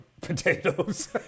potatoes